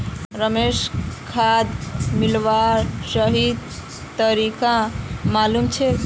रमेशक खाद मिलव्वार सही तरीका मालूम छेक